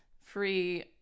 free